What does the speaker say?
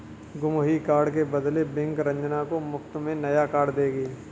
गुम हुए कार्ड के बदले बैंक रंजना को मुफ्त में नया कार्ड देगी